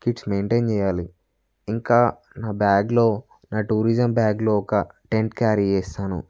kits maintain చేయాలి ఇంకా నా బ్యాగ్లో నా టూరిజం బ్యాగ్లో ఒక టెంట్ క్యారీ చేస్తాను